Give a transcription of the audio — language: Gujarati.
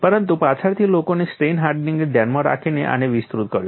પરંતુ પાછળથી લોકોએ સ્ટ્રેઇન હાર્ડનિંગને ધ્યાનમાં રાખીને આને વિસ્તૃત કર્યું